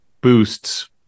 boosts